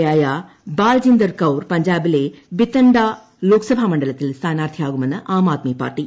A യായ ബാൽജിന്ദർ കൌർ പഞ്ചാ ബിലെ ബത്തിൻഡ ലോക്സഭാ മണ്ഡലത്തിൽ സ്ഥാനാർത്ഥിയാ കുമെന്ന് ആം ആദ്മി പാർട്ടി